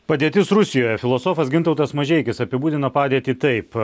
padėtis rusijoje filosofas gintautas mažeikis apibūdina padėtį taip